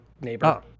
neighbor